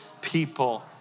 people